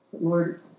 Lord